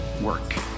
work